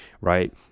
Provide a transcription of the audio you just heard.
right